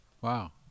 Wow